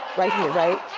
right here right?